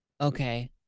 Okay